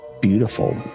Beautiful